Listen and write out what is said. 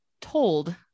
told